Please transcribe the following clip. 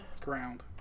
Ground